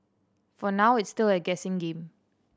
for now it's still a guessing game